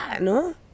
no